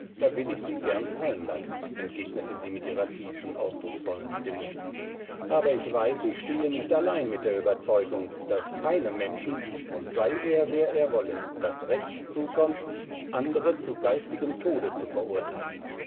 dann will ich sie gern fallen lassen entgegnete sie mit ihrer tiefen ausdrucksvollen stimme aber ich weiß ich stehe nicht allein mit der ueberzeugung daß keinem menschen und sei er wer er wolle das recht zukommt andere zu geistigem tode zu verurteilen